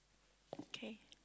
okay